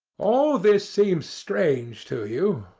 all this seems strange to you,